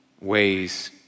ways